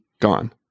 gone